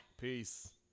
Peace